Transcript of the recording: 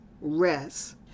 rest